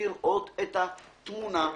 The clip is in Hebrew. לראות את התמונה השלמה.